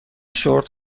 شورت